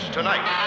Tonight